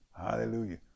hallelujah